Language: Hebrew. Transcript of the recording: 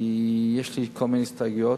כי יש לי כל מיני הסתייגויות,